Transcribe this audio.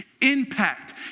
impact